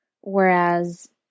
whereas